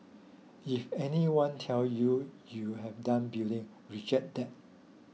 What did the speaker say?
if anyone tell you you have done building reject that